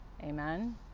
Amen